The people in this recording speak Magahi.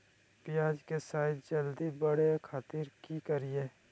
प्याज के साइज जल्दी बड़े खातिर की करियय?